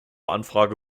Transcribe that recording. anfrage